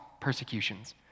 persecutions